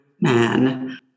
man